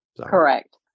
Correct